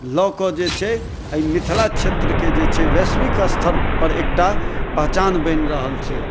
लऽ के जे छै आइ मिथिला क्षेत्रके जे छै वैश्विक स्तर पर एकटा पहचान बनि रहल छै